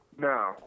No